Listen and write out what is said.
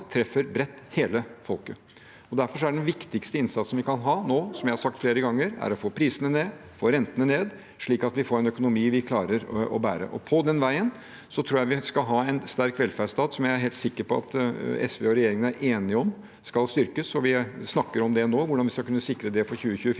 treffer hele folket bredt. Derfor er den viktigste innsatsen vi kan ha nå, som jeg har sagt flere ganger, å få prisene ned og rentene ned, slik at vi får en økonomi vi klarer å bære. På den veien tror jeg vi skal ha en sterk velferdsstat, som jeg er helt sikker på at SV og regjeringen er enige om skal styrkes. Vi snakker nå om hvordan vi skal kunne sikre det for 2024,